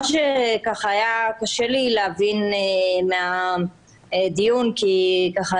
מה שככה היה קשה לי להבין מהדיון, כי ככה